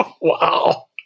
Wow